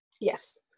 Yes